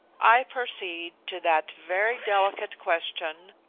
i proceed to that very delicate question,